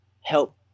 help